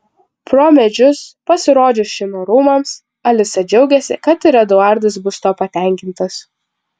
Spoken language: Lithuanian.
pro medžius pasirodžius šino rūmams alisa džiaugiasi kad ir eduardas bus tuo patenkintas